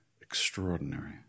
extraordinary